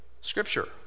scripture